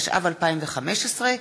התשע"ו 2015,